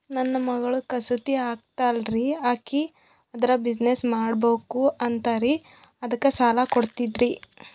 ನನ್ನ ಮಗಳು ಕಸೂತಿ ಹಾಕ್ತಾಲ್ರಿ, ಅಕಿ ಅದರ ಬಿಸಿನೆಸ್ ಮಾಡಬಕು ಅಂತರಿ ಅದಕ್ಕ ಸಾಲ ಕೊಡ್ತೀರ್ರಿ?